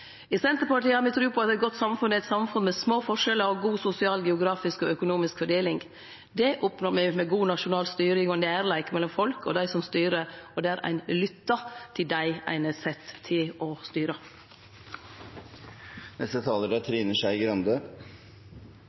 I Senterpartiet har me tru på at eit godt samfunn er eit samfunn med små forskjellar og god sosial, geografisk og økonomisk fordeling. Det oppnår me med god nasjonal styring og nærleik mellom folk og dei som styrer, og der ein lyttar til dei ein er sett til å